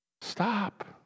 Stop